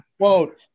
quote